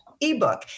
ebook